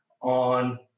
on